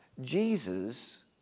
Jesus